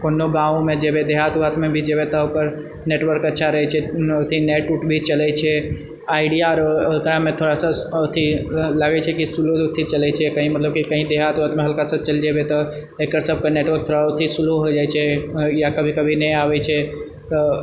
कोनो गाँवमे जेबैए देहात वेहातमे भी जेबैए तऽ ओकर नेटवर्क अच्छा रहैछै अथि नेट वूट भी चलैछै आइडिया आओर एकरामे थोड़ा सा अथि लागैछै कि स्लो अथि चलैछै कही मतलब कही देहात वेहातमे हल्कासँ चलि जेबैए तऽ एकर सबकेँ नेटवर्क थोड़ा अथि स्लो हो जाइत छै या कभी कभी नहि आबैत छै तऽ